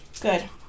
Good